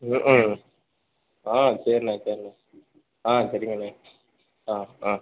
ம்ஹு ஆ சரிண்ணே சரிண்ணே ஆ சரிங்கண்ணே ஆ ஆ